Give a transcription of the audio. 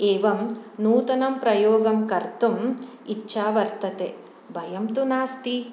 एवं नूतनं प्रयोगं कर्तुं इच्छा वर्तते भयं तु नास्ति